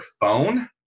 phone